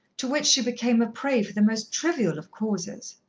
to which she became a prey for the most trivial of causes.